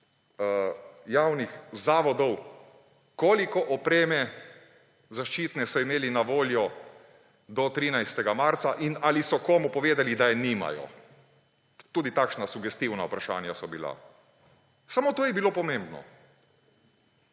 javnih zavodov, koliko zaščitne opreme so imeli na voljo do 13. marca in ali so komu povedali, da je nimajo. Tudi takšna sugestivna vprašanja so bila. Samo to je bilo pomembno.